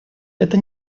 это